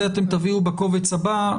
אתם תביאו בקובץ הבא.